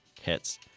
hits